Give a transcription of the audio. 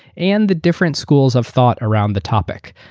and the different schools of thought around the topic.